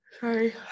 sorry